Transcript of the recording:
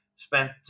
Spent